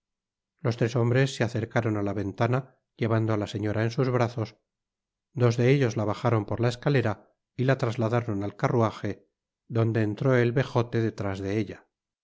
los tres hoitibfes se acercaron la ventana llevando á la señora en sus brazos dos de ellos la bajaron por la escalera y la trasladaron al carruaje donde entró el vejote detrás de ella el